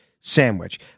sandwich